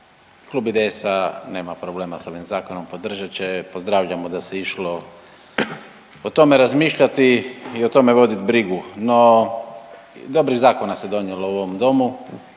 Klub IDS-a nema problema sa ovim Zakonom, podržat će, pozdravljamo da se išlo o tome razmišljati i o tome voditi brigu. No, dobrih zakona se donijelo u ovom Domu,